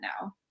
now